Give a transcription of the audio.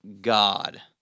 God